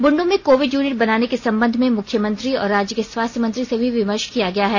बुंडू में covid unit बनाने के संबंध में मुख्यमंत्री और राज्य के स्वास्थ्य मंत्री से भी विमर्श किया गया है